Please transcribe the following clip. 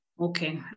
Okay